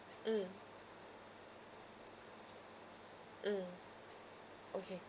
mm mm okay